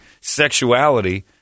sexuality